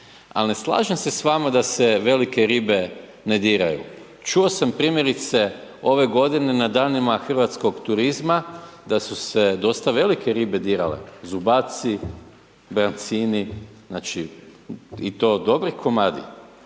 Ali ne slažem se s vama da se velike ribe ne diraju. Čuo sam primjerice ove godine na danima hrvatskog turizma da su se dosta velike ribe dirale, zubaci, brancini, znači i to dobri komadi